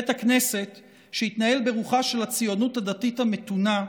בית הכנסת, שהתנהל ברוחה של הציונות הדתית המתונה,